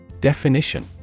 Definition